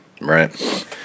Right